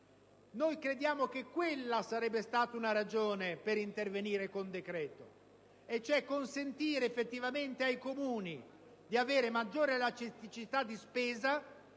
Noi crediamo, infatti, che quella sarebbe stata una ragione per intervenire con decreto, per consentire effettivamente ai Comuni di avere maggiore elasticità di spesa